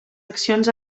accions